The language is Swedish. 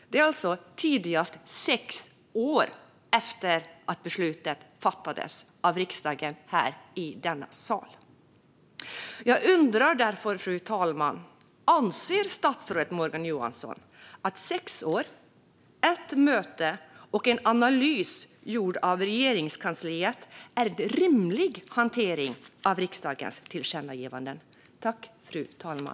Det är alltså som tidigast sex år efter att beslutet fattades av riksdagen här i denna sal. Jag undrar därför, fru talman: Anser statsrådet Morgan Johansson att sex år, ett möte och en analys gjord av Regeringskansliet är en rimlig hantering av riksdagens tillkännagivanden?